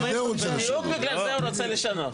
בדיוק בגלל זה הוא רוצה לשנות.